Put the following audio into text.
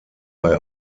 bei